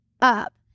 up